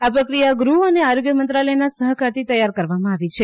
આ પ્રક્રિયા ગૃહ અને આરોગ્ય મંત્રાલયના સહકારથી તૈયાર કરવામાં આવી છે